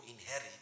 inherit